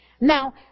Now